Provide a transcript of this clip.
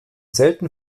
selten